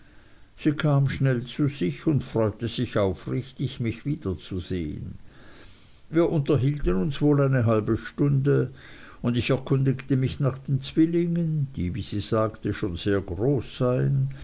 sie kam schnell zu sich und freute sich aufrichtig mich wiederzusehen wir unterhielten uns wohl eine halbe stunde und ich erkundigte mich nach den zwillingen die wie sie sagte schon sehr groß seien